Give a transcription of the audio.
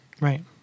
Right